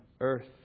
earth